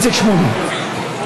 איציק שמולי.